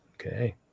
Okay